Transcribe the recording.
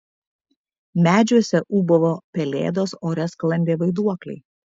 medžiuose ūbavo pelėdos ore sklandė vaiduokliai